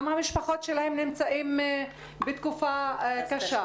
גם המשפחות שלהם נמצאות בתקופה קשה.